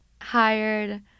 hired